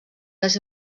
les